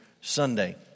Sunday